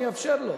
אני אאפשר לו.